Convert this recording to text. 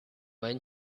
when